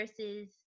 versus